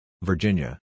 Virginia